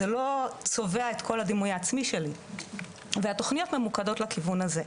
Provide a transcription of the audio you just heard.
זה לא צובע את כל הדימוי העצמי שלי והתוכניות ממוקדות לכיוון הזה.